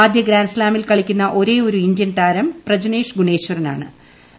ആദ്യ ഗ്രാന്റ് സ്താമിൽ കളിക്കുന്ന ഒരേഒരു ഇന്ത്യൻതാരം പ്രജ്ണ്ട്രേഷ് ഗുണേശ്വരൻ ആണ്